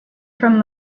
from